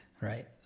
right